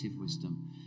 wisdom